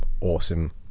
Awesome